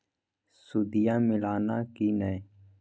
सुदिया मिलाना की नय?